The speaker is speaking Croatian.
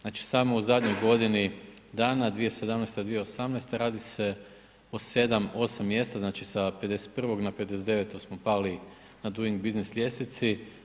Znači, samo u zadnjoj godini dana 2017./2018. radi se o 7, 8 mjesta, znači s 51. na 59. smo pali na Doing Business ljestvici.